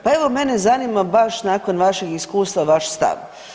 Pa evo mene zanima baš nakon vašeg iskustva vaš stav.